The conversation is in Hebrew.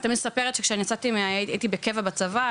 אני תמיד מספרת שאני הייתי בקבע בצבא,